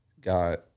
got